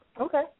okay